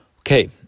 Okay